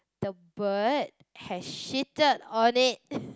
the bird has shitted on it